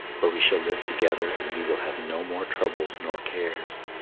where we shall live together and you will have no more troubles nor cares.